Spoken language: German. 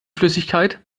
flüssigkeit